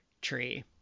tree